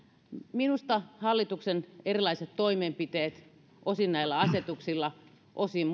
minusta hallituksen erilaiset toimenpiteet osin näillä asetuksilla tehtävät osin